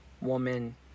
woman